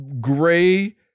gray